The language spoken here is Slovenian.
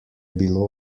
bilo